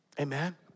Amen